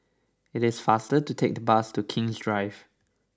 it is faster to take the bus to King's Drive